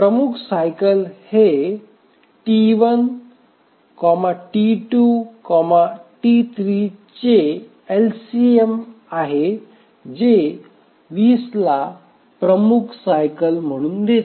प्रमुख सायकल हे T1 T2 T3 चे एलसीएम आहे जे 20 ला प्रमुख सायकल म्हणून देते